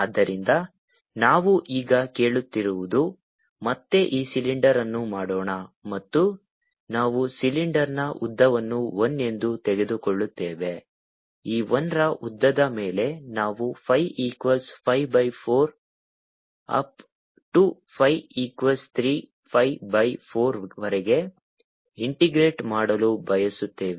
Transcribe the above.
ಆದ್ದರಿಂದ ನಾವು ಈಗ ಕೇಳುತ್ತಿರುವುದು ಮತ್ತೆ ಈ ಸಿಲಿಂಡರ್ ಅನ್ನು ಮಾಡೋಣ ಮತ್ತು ನಾವು ಸಿಲಿಂಡರ್ನ ಉದ್ದವನ್ನು 1 ಎಂದು ತೆಗೆದುಕೊಳ್ಳುತ್ತೇವೆ ಈ 1 ರ ಉದ್ದದ ಮೇಲೆ ನಾವು phi equals pi by 4 up to phi equals 3 pi by 4 ವರೆಗೆ ಇಂಟಿಗ್ರೇಟ್ ಮಾಡಲು ಬಯಸುತ್ತೇವೆ